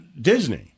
Disney